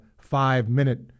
five-minute